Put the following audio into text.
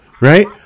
right